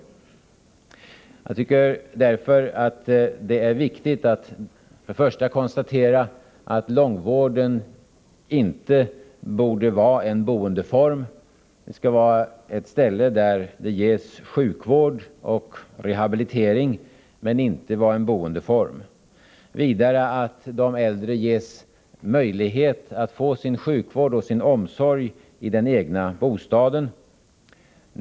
Därför tycker jag det är viktigt att vi konstaterar att långvården inte borde vara en boendeform. På långvården skall det ges sjukvård och rehabilitering. Vidare bör de äldre ges möjlighet att få sin sjukvård och sin omsorg i den egna bostaden.